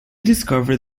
discovered